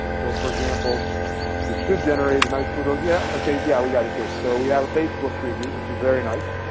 so for example it should generate a nice little yeah okay, yeah we got it, good. so we have a facebook preview which is very nice.